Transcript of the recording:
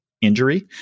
injury